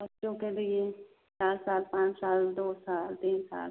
बच्चों के लिए चार साल पाँच साच दो साल तीन साल